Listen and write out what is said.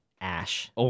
ash